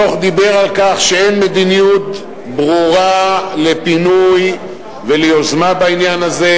הדוח דיבר על כך שאין מדיניות ברורה לפינוי וליוזמה בעניין הזה,